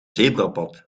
zebrapad